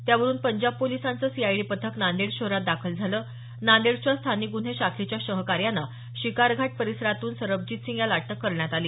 त्यावरून पंजाब पोलिसांचम सीआयडी पथक नांदेड शहरात दाखल झालं नांदेडच्या स्थानिक गुन्हे शाखेच्या सहकार्यानं शिकारघाट परिसरातून सरबजीतसिंग याला अटक करण्यात आली